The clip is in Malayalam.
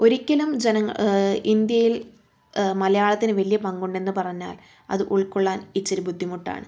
ഒരിക്കലും ഇന്ത്യയിൽ മലയാളത്തിന് വലിയ പങ്കുണ്ടെന്നു പറഞ്ഞാൽ അത് ഉൾക്കൊള്ളാൻ ഇച്ചിരി ബുദ്ധിമുട്ടാണ്